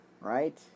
right